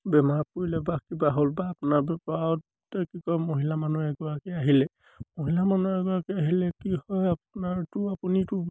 বেমাৰ পৰিলে বা কিবা হ'ল বা আপোনাৰ বেপাৰতে কি কয় মহিলা মানুহ এগৰাকী আহিলে মহিলা মানুহ এগৰাকী আহিলে কি হয় আপোনাৰতো আপুনিটো